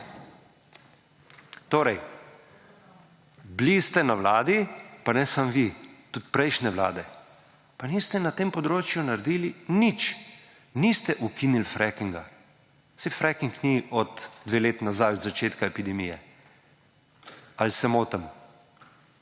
Torej, bili ste na Vladi, pa ne samo vi, tudi prejšnje Vlade, pa niste na tem področju naredili nič. Niste ukinili frackinga. Saj fracking ni od dve leti nazaj od začetka epidemije. Ali se motim?